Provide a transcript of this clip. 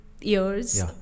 years